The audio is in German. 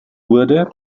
wurde